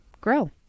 grow